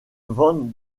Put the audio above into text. van